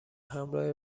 همراه